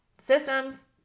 Systems